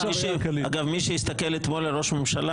אגב מי שהסתכל אתמול על ראש הממשלה